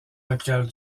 locale